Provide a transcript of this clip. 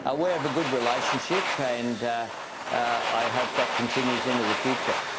ah we have a good relationship and i hope that continues into the future.